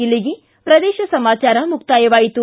ಇಲ್ಲಿಗೆ ಪ್ರದೇಶ ಸಮಾಚಾರ ಮುಕ್ತಾಯವಾಯಿತು